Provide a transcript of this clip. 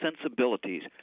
sensibilities